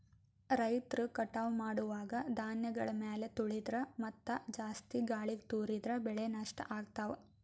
ರೈತರ್ ಕಟಾವ್ ಮಾಡುವಾಗ್ ಧಾನ್ಯಗಳ್ ಮ್ಯಾಲ್ ತುಳಿದ್ರ ಮತ್ತಾ ಜಾಸ್ತಿ ಗಾಳಿಗ್ ತೂರಿದ್ರ ಬೆಳೆ ನಷ್ಟ್ ಆಗ್ತವಾ